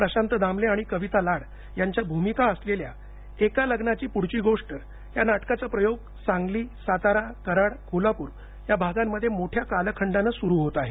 प्रशांत दामले आणि कविता लाड यांच्या भूमिका असलेल्या एका लग्नाची पुढची गोष्ट या नाटकाचा प्रयोग सांगली सातारा कऱ्हाड कोल्हापूर या भागांमध्ये मोठ्या कालखंडानं सुरू होत आहे